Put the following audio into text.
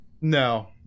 no